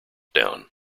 down